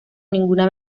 ninguna